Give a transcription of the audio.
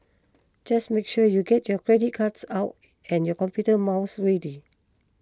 just make sure you get your credit cards out and your computer mouse ready